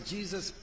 Jesus